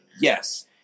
Yes